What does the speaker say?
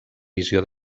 visió